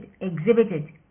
exhibited